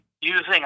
using